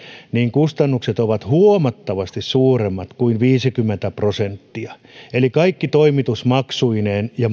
kustannukset ovat huomattavasti suuremmat kuin viisikymmentä prosenttia eli kaikki toimitusmaksut ja